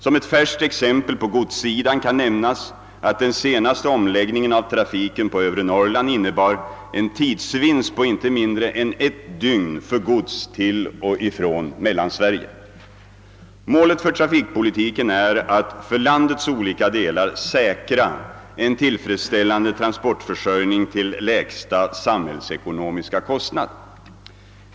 Som ett färskt exempel på godssidan kan nämnas att den senaste omläggningen av trafiken på övre Norrland innebar en tidsvinst på inte mindre än ett dygn för gods till och från Mellansverige. Målet för trafikpolitiken är att för landets olika delar säkra en tillfredsställande transportförsörjning till lägsta samhällsekonomiska kostnad.